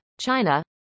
China